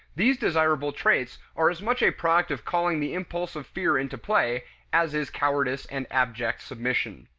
these desirable traits are as much a product of calling the impulse of fear into play as is cowardice and abject submission.